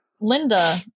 Linda